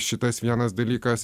šitas vienas dalykas